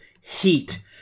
heat